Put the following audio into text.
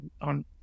on